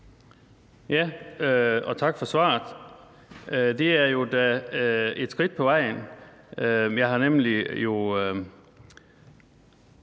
(KF): Tak for svaret. Det er da et skridt på vejen. Jeg har jo